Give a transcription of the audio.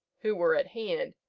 who were at hand,